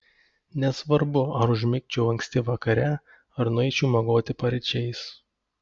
nesvarbu ar užmigčiau anksti vakare ar nueičiau miegoti paryčiais